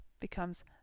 becomes